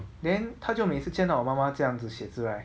then 他就每次见到妈妈这样子写字 right